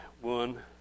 one